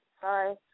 Sorry